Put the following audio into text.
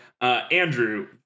Andrew